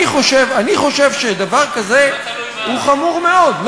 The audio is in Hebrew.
אני חושב שדבר כזה הוא חמור מאוד.